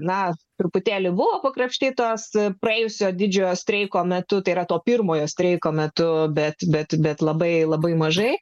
na truputėlį buvo pakrapštytos praėjusio didžiojo streiko metu tai yra to pirmojo streiko metu bet bet bet labai labai mažai